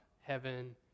heaven